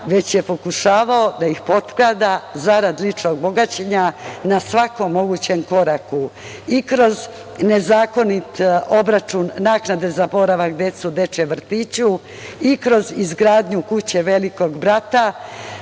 već je pokušavao da ih potkrada zarad ličnog bogaćenja na svakom mogućem koraku i kroz nezakonit obračun naknade za boravak dece u dečijem vrtiću i kroz izgradnju kuće „Velikog brata“,